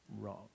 wrong